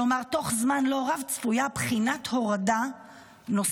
כלומר תוך זמן לא רב צפויה בחינת הורדה נוספת.